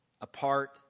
apart